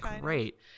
great